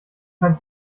kein